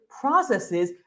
processes